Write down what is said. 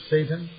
Satan